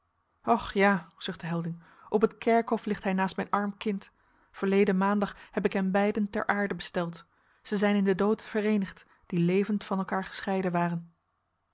och ja zuchtte helding op het kerkhof ligt hij naast mijn arm kind verleden maandag heb ik hen beiden ter aarde besteld zij zijn in den dood vereenigd die levend van elkaar gescheiden waren